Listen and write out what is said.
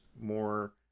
more